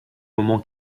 moment